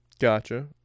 Gotcha